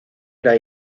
era